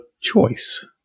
choice